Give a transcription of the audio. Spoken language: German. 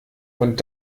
und